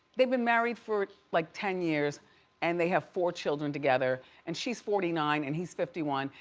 they've been married for like ten years and they have four children together, and she's forty nine and he's fifty one.